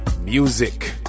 music